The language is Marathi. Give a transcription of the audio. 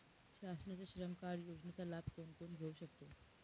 शासनाच्या श्रम कार्ड योजनेचा लाभ कोण कोण घेऊ शकतो?